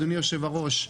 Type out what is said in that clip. אדוני היושב-ראש,